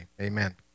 Amen